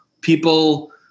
People